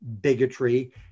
bigotry